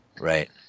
Right